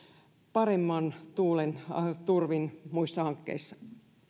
paremman tuulen turvin muissa hankkeissa